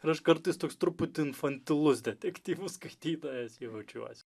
ir aš kartais toks truputį infantilus detektyvų skaitytojas jaučiuosi